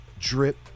Drip